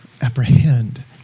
apprehend